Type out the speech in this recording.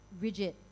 rigid